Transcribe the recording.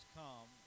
come